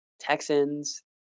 Texans